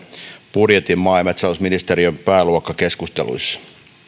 budjetin maa ja metsätalousministeriön pääluokkakeskusteluissa